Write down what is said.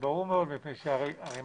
כי הרי